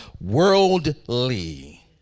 worldly